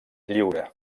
lliure